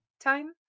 time